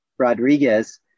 Rodriguez